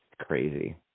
Crazy